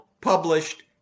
published